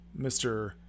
Mr